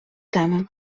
теми